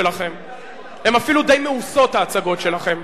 הן אפילו די מאוסות, ההצגות שלכם.